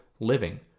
living